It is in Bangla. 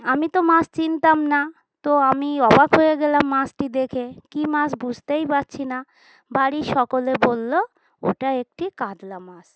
আমি তো মাছ চিনতাম না তো আমি অবাক হয়ে গেলাম মাছটি দেখে কী মাছ বুঝতেই পারছি না বাড়ির সকলে বলল ওটা একটি কাতলা মাছ